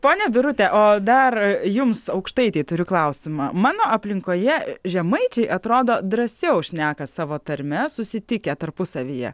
ponia birute o dar jums aukštaitei turi klausimą mano aplinkoje žemaičiai atrodo drąsiau šneka savo tarme susitikę tarpusavyje